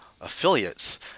affiliates